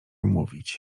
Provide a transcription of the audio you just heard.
mówić